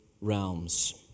realms